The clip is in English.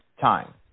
time